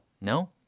No